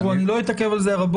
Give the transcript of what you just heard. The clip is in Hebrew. תראו, אני לא אתעכב על זה רבות.